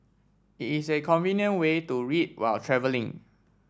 it is a convenient way to read while travelling